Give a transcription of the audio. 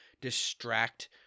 distract